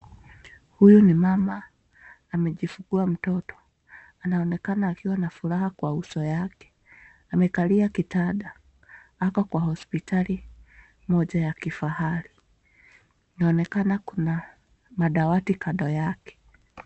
Huyu ni mama amejifungua mtoto, anaonekana akiwa na furaha kwa uso yake, amekalia kitanda, ako kwa hospitali moja ya kifahari. Inaonekana kuna madawati kando yake.